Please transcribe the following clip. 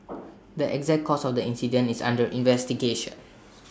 the exact cause of the incident is under investigation